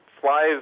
flies